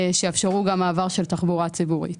שיאפשרו גם מעבר של תחבורה ציבורית,